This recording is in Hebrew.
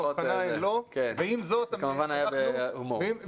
זה כמובן היה בהומור.